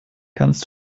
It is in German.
kannst